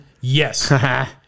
Yes